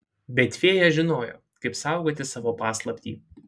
bet fėja žinojo kaip saugoti savo paslaptį